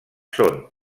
són